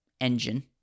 engine